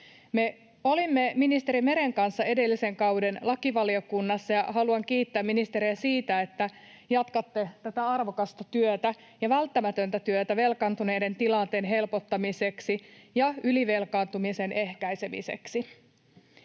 Me olimme ministeri Meren kanssa edellisen kauden lakivaliokunnassa, ja haluan kiittää ministeriä siitä, että jatkatte tätä arvokasta työtä ja välttämätöntä työtä velkaantuneiden tilanteen helpottamiseksi ja ylivelkaantumisen ehkäisemiseksi.